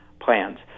plans